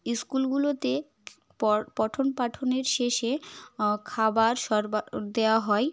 স্কুলগুলোতে পঠন পাঠনের শেষে খাবার সরবা দেওয়া হয়